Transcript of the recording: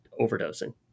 overdosing